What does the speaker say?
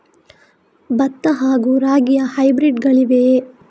ಭತ್ತ ಹಾಗೂ ರಾಗಿಯ ಹೈಬ್ರಿಡ್ ಗಳಿವೆಯೇ?